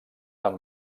amb